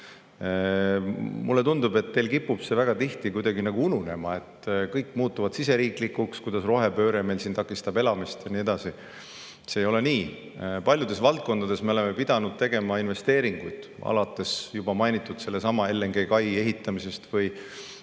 Mulle tundub, et teil kipub see väga tihti kuidagi ununema. Kõik muutub teil siseriiklikuks, et kuidas rohepööre meil siin takistab elamist ja nii edasi. See ei ole nii. Paljudes valdkondades oleme me pidanud tegema investeeringuid, alates juba sellesama mainitud LNG-kai ehitamisest või